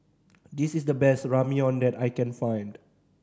this is the best Ramyeon that I can find